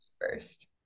first